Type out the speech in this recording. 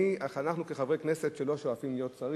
אנחנו, כחברי כנסת שלא שואפים להיות שרים,